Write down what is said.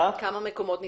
מקומות סגרו?